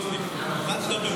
עו"ד גוטליב, את לא במהות?